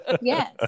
Yes